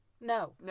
no